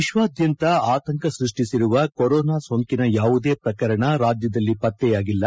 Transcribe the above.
ವಿಶ್ವಾದ್ಯಂತ ಆತಂಕ ಸೃಷ್ಠಿಸಿರುವ ಕೊರೋನಾ ಸೋಂಕಿನ ಯಾವುದೇ ಪ್ರಕರಣ ರಾಜ್ಯದಲ್ಲಿ ಪತ್ತೆಯಾಗಿಲ್ಲ